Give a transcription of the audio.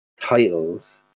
titles